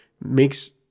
makes